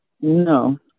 No